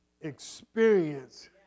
experience